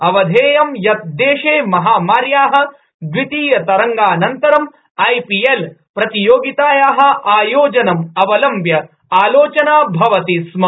अवधेयं यत देशे महामार्या दवितीयं तरंगानन्तरं आईपीएल प्रतियोगिताया आयोजनं अवलम्ब्य आलोचना भवति स्म